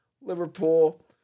Liverpool